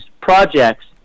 projects